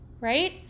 right